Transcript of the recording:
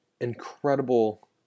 incredible